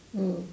mm